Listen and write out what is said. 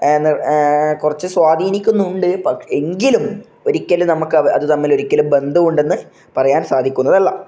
കുറച്ച് സ്വാധീനിക്കുന്നുണ്ട് പക് എങ്കിലും ഒരിക്കലും നമുക്ക് അത് തമ്മില് ഒരിക്കലും ബന്ധമുണ്ടെന്ന് പറയാന് സാധിക്കുന്നതല്ല